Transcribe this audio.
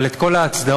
אבל את כל ההצדעות,